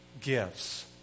gifts